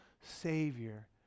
Savior